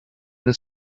the